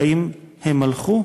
האם הם הלכו?